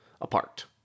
apart